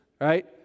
right